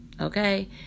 okay